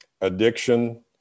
addiction